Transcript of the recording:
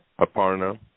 Aparna